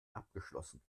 abgeschlossen